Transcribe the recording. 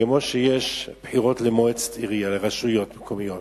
כמו שיש בחירות למועצת עירייה, לרשויות מקומיות,